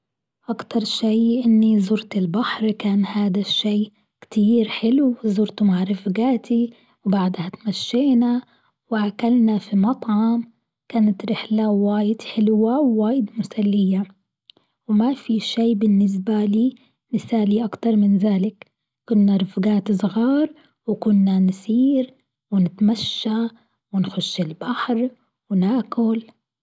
أكتر شيء إني زرت البحر كان هذا الشيء كتير حلو وزرته مع رفقاتي وبعدها اتمشينا وأكلنا في مطعم كانت رحلة واجد حلوة وواجد مسلية، وما في شيء بالنسبة لي مثالي أكتر من ذلك، كنا رفقات صغار وكنا نسير ونتمشى ونخش البحر ونأكل.